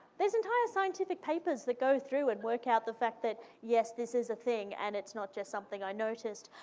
there's entire scientific papers that go through and work out the fact that yes, this is a thing, and it's not just something i noticed.